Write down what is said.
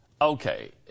okay